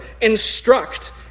instruct